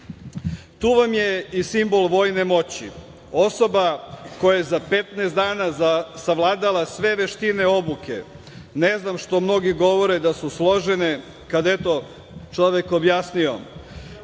vam je i simbol vojne moći. Osoba koja je za 15 dana savladala sve veštine obuke, ne znam što mnogi govore da su složene, kad, eto, čovek objasnio.